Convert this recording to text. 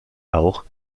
auch